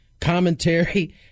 Commentary